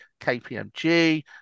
kpmg